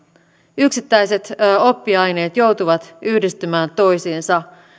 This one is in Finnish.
yksittäiset oppiaineet joutuvat yhdistymään toisiinsa